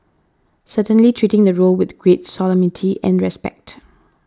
certainly treating the role with great solemnity and respect